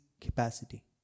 capacity